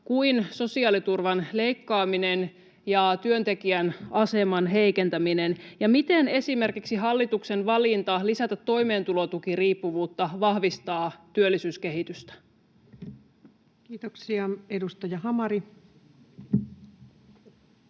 kuin sosiaaliturvan leikkaaminen ja työntekijän aseman heikentäminen. Miten esimerkiksi hallituksen valinta lisätä toimeentulotukiriippuvuutta vahvistaa työllisyyskehitystä? Kiitoksia. — Edustaja Hamari.